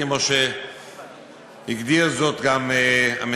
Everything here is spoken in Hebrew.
כמו שהגדיר זאת גם המציע,